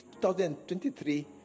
2023